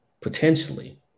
potentially